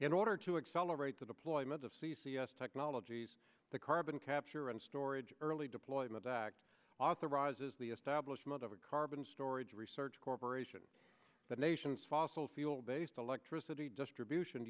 in order to accelerate the deployment of c c s technologies the carbon capture and storage early deployment act authorizes the establishment of a carbon storage research corporation the nation's fossil fuel based electricity distribution